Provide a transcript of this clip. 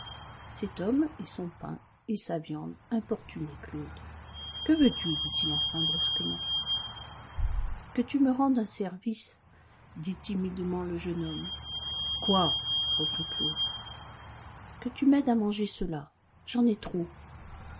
cet homme et son pain et sa viande importunaient claude que veux-tu dit-il enfin brusquement que tu me rendes un service dit timidement le jeune homme quoi reprit claude que tu m'aides à manger cela j'en ai trop